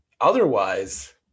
otherwise